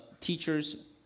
teachers